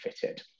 fitted